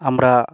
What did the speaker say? আমরা